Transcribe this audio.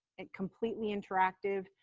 it completely interactive,